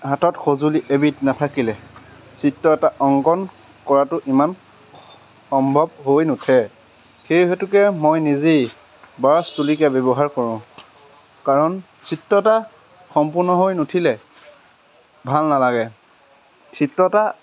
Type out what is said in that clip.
হাতত সঁজুলি এবিধ নাথাকিলে চিত্ৰ এটা অংকন কৰাটো ইমান সম্ভৱ হৈ নুঠে সেই হেতুকে মই নিজেই ব্ৰাছ তুলিকা ব্যৱহাৰ কৰোঁ কাৰণ চিত্ৰ এটা সম্পূৰ্ণ হৈ নুঠিলে ভাল নালাগে চিত্ৰ এটা